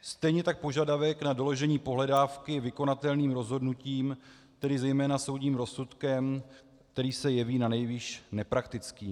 Stejně tak požadavek na doložení pohledávky vykonatelným rozhodnutím, tedy zejména soudním rozsudkem, který se jeví nanejvýš nepraktický.